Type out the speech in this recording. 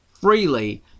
freely